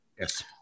yes